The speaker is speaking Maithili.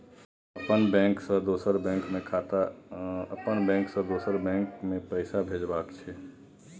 अपन बैंक से दोसर बैंक मे पैसा भेजबाक छै?